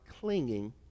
clinging